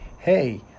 hey